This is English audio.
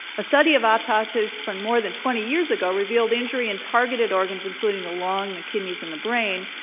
a study of autopsies from more than twenty years ago revealed injury in targeted organs, including the lung, the kidneys, and the brain,